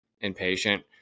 impatient